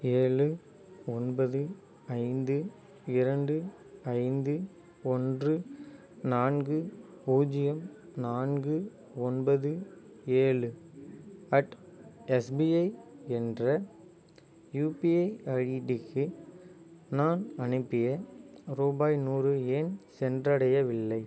ஏழு ஒன்பது ஐந்து இரண்டு ஐந்து ஒன்று நான்கு பூஜ்ஜியம் நான்கு ஒன்பது ஏழு அட் எஸ்பிஐ என்ற யுபிஐ ஐடிக்கு நான் அனுப்பிய ரூபாய் நூறு ஏன் சென்றடையவில்லை